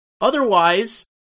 Otherwise